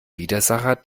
widersacher